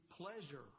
pleasure